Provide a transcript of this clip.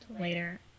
later